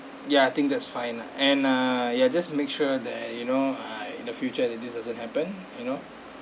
ya I think that's fine lah and ah ya just make sure that you know ah in the future that this doesn't happen you know